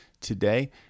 today